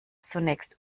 zunächst